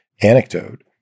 anecdote